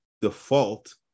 default